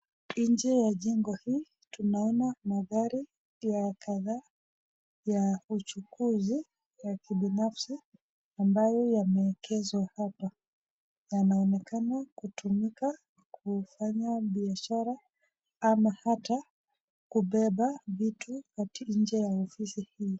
Nje la jengo hili tunaona magari ya kadhaa ya uchukuzi ya kibinafsi, ambayo yameengeshwa hapa, yanaonekana kutumika kufanya biashara ama hata kubeba vitu nje ya ofisi hii.